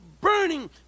burning